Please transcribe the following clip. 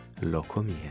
Locomia